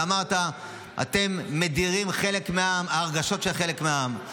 אמרת: אתם מדירים חלק מהעם, הרגשות של חלק מהעם.